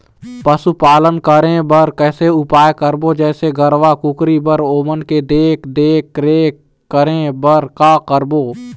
पशुपालन करें बर कैसे उपाय करबो, जैसे गरवा, कुकरी बर ओमन के देख देख रेख करें बर का करबो?